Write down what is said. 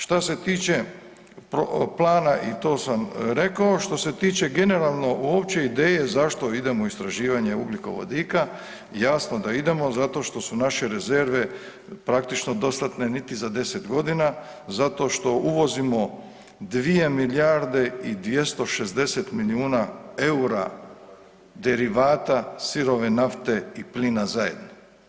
Što se tiče plana i to sam rekao, što se tiče generalno uopće ideje zašto idemo u istraživanje ugljikovodika, jasno da idemo zato što su naše rezerve praktično dostatne niti za 10 godina, zato što uvozimo 2 milijarde i 260 milijuna eura derivata sirove nafte i plina zajedno.